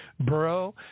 borough